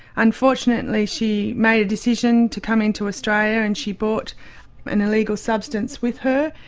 unfortunately she made a decision to come into australia and she brought an illegal substance with her,